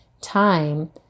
time